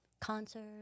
concert